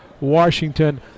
Washington